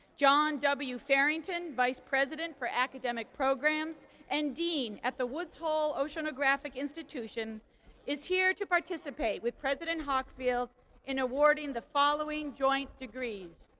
john w. farrington, vice president for academic programs and dean at the woods hole oceanographic institution is here to participate with president hockfield in awarding the following joint degrees.